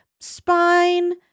spine